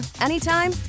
anytime